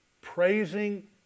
Praising